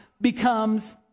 becomes